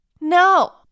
no